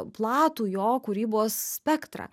platų jo kūrybos spektrą